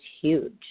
huge